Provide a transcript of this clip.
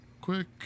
quick